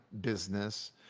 business